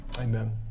Amen